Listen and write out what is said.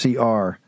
CR